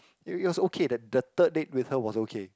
it it was okay the the third date with her was okay